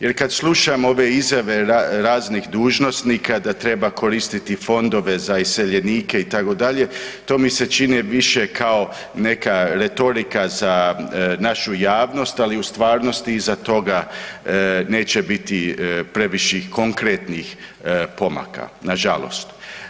Jer kad slušam ove izjave raznih dužnosnika da treba koristiti fondove za iseljenike itd., to mi se čini više kao neka retorika za našu javnost, ali u stvarnosti iza toga neće biti previše konkretnih pomaka, nažalost.